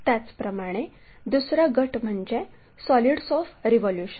त्याचप्रमाणे दुसरा गट म्हणजे सॉलिड्स ऑफ रिव्होल्यूशन